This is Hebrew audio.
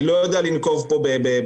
אני לא יודע לנקוב פה בתאריך,